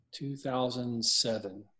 2007